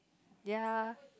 ya